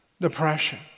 depression